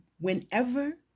whenever